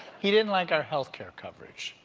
he didn't like our healthcare coverage.